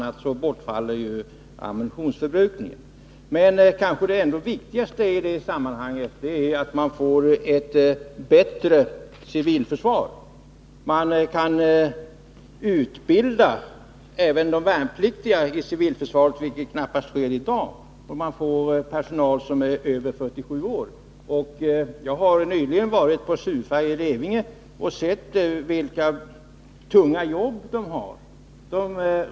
a. bortfaller ammunitionsförbrukningen. Men det kanske ändå viktigaste i sammanhanget är att man får ett bättre civilförsvar. Man kan utbilda även de värnpliktiga inom civilförsvaret, vilket knappast sker i dag, då man får personal som är över 47 år. Jag har nyligen varit på CUFA i Revinge och sett vilka tunga jobb de har.